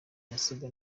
yasaga